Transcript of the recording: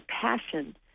passion